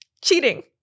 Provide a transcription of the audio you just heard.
Cheating